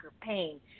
pain